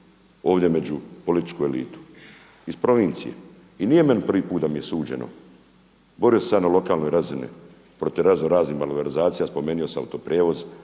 ovdje među političku elitu i nije meni prvi put da mi je suđeno. Borio sam se ja na lokalnoj razini protiv razno-raznih malverzacija. Spomenuo sam Auto-prijevoz,